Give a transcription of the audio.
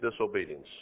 disobedience